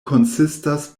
konsistas